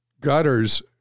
gutters